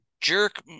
Jerk